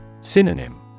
Synonym